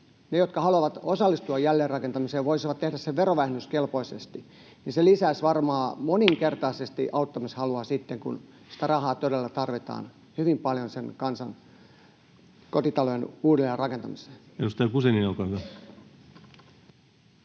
ne, jotka haluavat osallistua jälleenrakentamiseen, voisivat tehdä sen verovähennyskelpoisesti? Se lisäisi varmaan moninkertaisesti auttamishalua sitten, kun sitä rahaa todella tarvitaan hyvin paljon sen kansan kotitalojen uudelleenrakentamiseen. [Speech 67] Speaker: